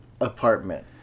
apartment